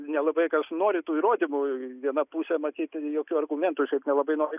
nelabai kas nori tų įrodymų viena pusė matyt jokių argumentų jie nelabai nori